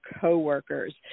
coworkers